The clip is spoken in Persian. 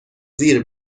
زیر